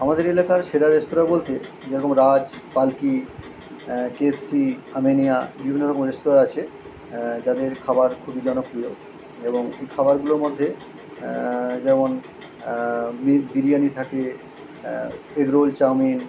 আমাদের এলাকার সেরা রেস্তোরাঁ বলতে যেরকম রাজ পালকি কেএফসি আমিনিয়া বিভিন্ন রকম রেস্তোরাঁ আছে যাদের খাবার খুবই জনপ্রিয় এবং খাবারগুলোর মধ্যে যেমন বি বিরিয়ানি থাকে এগরোল চাউমিন